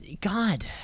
God